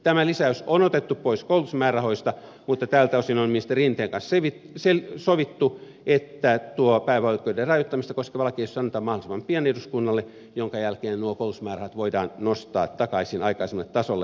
tämä lisäys on otettu pois koulutusmäärärahoista mutta tältä osin on ministeri rinteen kanssa sovittu että tuo päivähoito oikeuden rajoittamista koskeva lakiesitys annetaan mahdollisimman pian eduskunnalle minkä jälkeen nuo koulutusmäärärahat voidaan nostaa takaisin aikaisemmalle tasolle